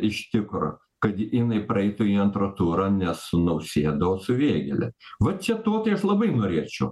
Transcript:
iš tikro kad jinai praeitų į antrą turą nes nausėdo su vėgėle va čia to tai aš labai norėčiau